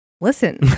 listen